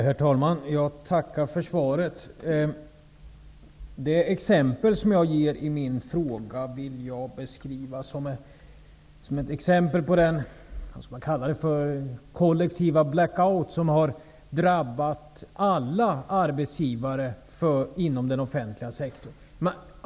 Herr talman! Jag tackar för svaret. Det jag tar upp i min fråga vill jag beskriva som ett exempel på den kollektiva blackout som har drabbat alla arbetsgivare inom den offentliga sektorn.